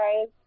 guys